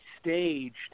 staged